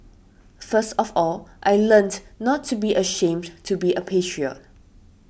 first of all I learnt not to be ashamed to be a patriot